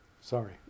Sorry